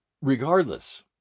Regardless